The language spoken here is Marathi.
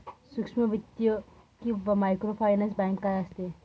सूक्ष्म वित्त किंवा मायक्रोफायनान्स बँक काय असते?